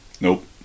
nope